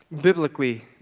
biblically